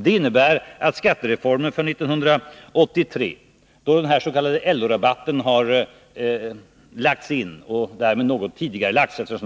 Det innebär att skattereformen för 1983, då den s.k. LO-rabatten lagts in och därmed något tidigarelagts — den skulle,